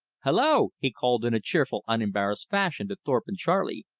hullo! he called in a cheerful, unembarrassed fashion to thorpe and charley.